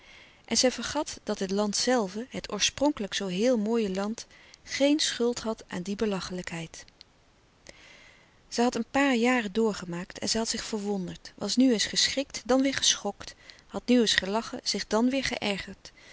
en zij vergat dat het land zelve het oorspronkelijk zoo heel mooie land geen schuld had aan die belachelijkheid zij had een paar jaren doorgemaakt en zij had zich verwonderd was nu eens geschrikt dan weêr geschokt had nu eens gelachen zich louis couperus de stille kracht dan weêr geërgerd